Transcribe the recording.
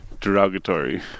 derogatory